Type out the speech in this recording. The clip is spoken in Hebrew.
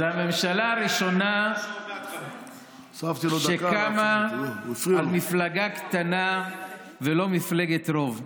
זו הממשלה הראשונה שקמה על מפלגה קטנה ולא מפלגת רוב,